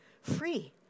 free